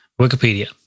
Wikipedia